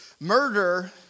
murder